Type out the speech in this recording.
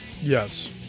yes